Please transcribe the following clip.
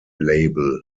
label